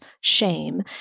shame